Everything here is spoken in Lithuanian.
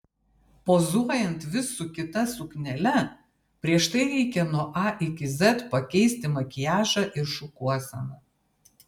pozuojant vis su kita suknele prieš tai reikia nuo a iki z pakeisti makiažą ir šukuoseną